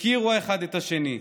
הכירו אחד את השני,